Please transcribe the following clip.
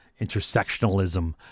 intersectionalism